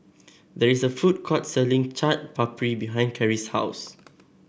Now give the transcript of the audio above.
there is a food court selling Chaat Papri behind Cary's house